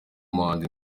umuhanzi